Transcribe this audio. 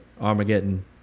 Armageddon